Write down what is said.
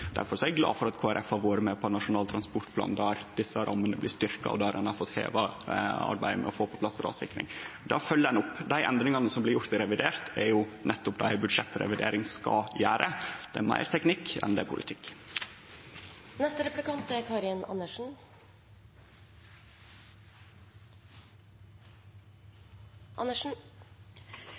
er eg glad for at Kristeleg Folkeparti har vore med på Nasjonal transportplan, der desse rammene er styrkte, og der ein har fått heva arbeidet med å få på plass rassikring. Då følgjer ein opp. Dei endringane som blir gjorde i revidert, er nettopp berre det ein i ei budsjettrevidering skal gjere. Det er meir teknikk enn politikk. Det